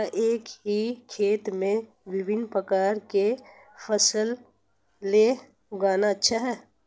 क्या एक ही खेत में विभिन्न प्रकार की फसलें उगाना अच्छा है?